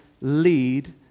lead